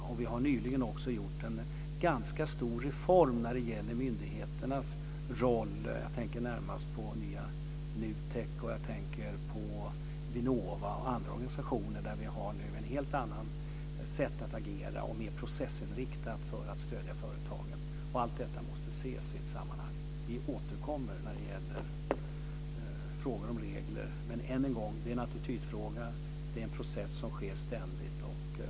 Och vi har nyligen också gjort en ganska stor reform när det gäller myndigheternas roll. Jag tänker närmast på Nutek, Vinova och andra organisationer där man har ett helt annat sätt att agera, mer processinriktat, för att stödja företagen. Och allt detta måste ses i ett sammanhang. Vi återkommer när det gäller frågan om regler. Men än en gång vill jag säga att det är en attitydfråga. Det är en process som sker ständigt.